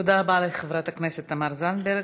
תודה רבה לחברת הכנסת תמר זנדברג.